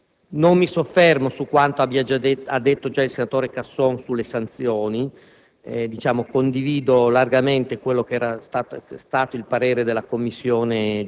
Voglio tuttavia sottolineare, come ha già fatto il senatore Casson, alcuni punti di debolezza che ancora persistono e che vorrei superati attraverso l'azione emendativa.